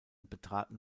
betraten